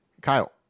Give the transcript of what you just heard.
Kyle